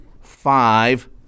five